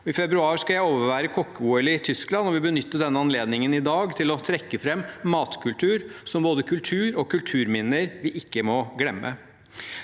I februar skal jeg overvære kokke-OL i Tyskland og vil benytte denne anledningen i dag til å trekke fram matkultur som både kultur og kulturminner vi ikke må glemme.